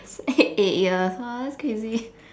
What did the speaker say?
eight years !wah! that's crazy